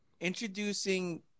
introducing